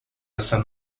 san